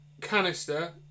canister